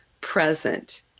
present